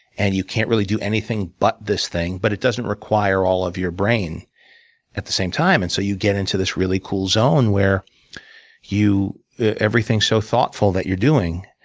and you can't really do anything but this thing. but it doesn't require all of your brain at the same time. and so you get into this really cool zone where you everything's so thoughtful that you're doing.